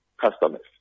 customers